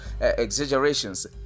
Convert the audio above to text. exaggerations